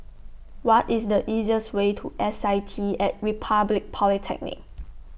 What IS The easiest Way to S I T At Republic Polytechnic